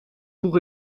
vroeg